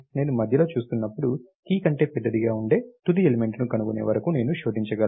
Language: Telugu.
నేను మధ్యలో చూస్తున్నప్పుడు కీ కంటే పెద్దదిగా ఉండే తుది ఎలిమెంట్ ను కనుగొనే వరకు నేను శోధించగలను